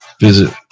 Visit